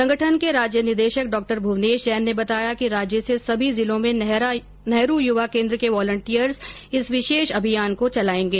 संगठन के राज्य निदेशक डॉ भुवनेश जैन ने बताया कि राज्य से सभी जिलों में नेहरू युवा केंद्र के वॉलंटियर्स इस विशेष अभियान को चलाएंगे